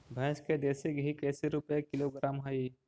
भैंस के देसी घी कैसे रूपये किलोग्राम हई?